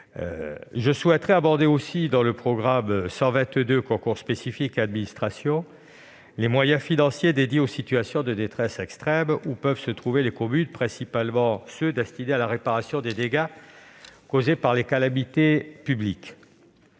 Je souhaiterais aborder aussi, dans le cadre du programme 122, « Concours spécifiques et administration », les moyens financiers dédiés aux situations de détresse extrême dans lesquelles peuvent se trouver les communes, principalement ceux qui sont destinés à la réparation des dégâts causés par les calamités publiques.